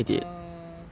err